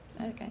Okay